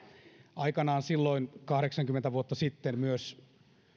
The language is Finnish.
aikanaan silloin kahdeksankymmentä vuotta sitten myös